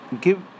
give